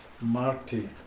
Marty